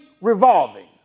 revolving